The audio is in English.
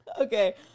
Okay